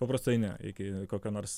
paprastai ne iki kokio nors